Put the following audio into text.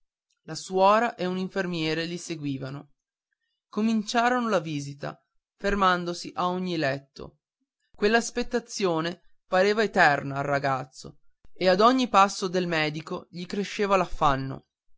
la suora e un infermiere li seguivano cominciaron la visita fermandosi a ogni letto quell'aspettazione pareva eterna al ragazzo e ad ogni passo del medico gli cresceva